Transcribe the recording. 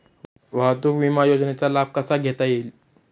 वाहतूक विमा योजनेचा लाभ कसा घेता येईल?